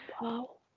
Wow